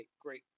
great